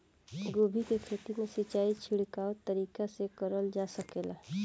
गोभी के खेती में सिचाई छिड़काव तरीका से क़रल जा सकेला?